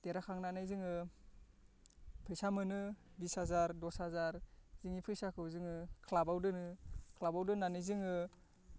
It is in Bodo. देरहाखांनानै जोङो फैसा मोनो बिस हाजार दस हाजार बेनि फैसाखौ जोङो क्लाबाव दोनो क्लाबाव दोननानै जोङो